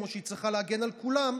כמו שהיא צריכה להגן על כולם,